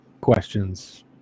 questions